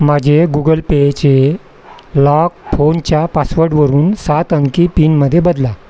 माझे गुगल पेचे लॉक फोनच्या पासवर्डवरून सात अंकी पिनमध्ये बदला